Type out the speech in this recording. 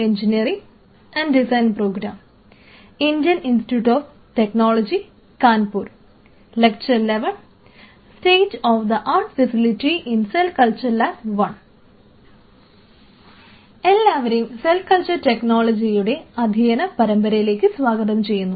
എല്ലാവരെയും cell culture ടെക്നോളജിയുടെ അധ്യയന പരമ്പരയിലേക്ക് സ്വാഗതം ചെയ്യുന്നു